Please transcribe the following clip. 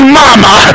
mama